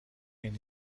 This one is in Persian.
این